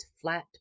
flat